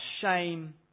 shame